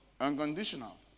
Unconditional